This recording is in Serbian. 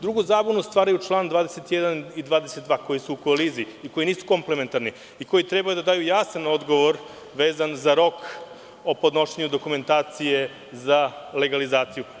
Drugu zabunu stvaraju član 21. i 22. koji su u koliziji i koji nisu komplementarni i koji treba da daju jasan odgovor vezan za rok o podnošenju dokumentacije za legalizaciju.